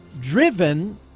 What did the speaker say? driven